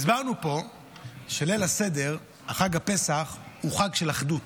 הסברנו פה שליל הסדר, חג הפסח הוא חג של אחדות.